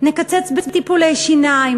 נקצץ בטיפולי שיניים,